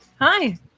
hi